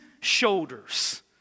shoulders